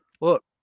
Look